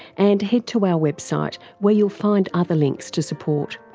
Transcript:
and head to our website where you'll find other links to support.